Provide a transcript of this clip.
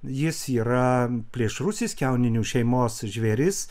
jis yra plėšrusis kiauninių šeimos žvėris